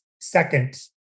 second